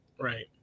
Right